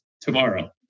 tomorrow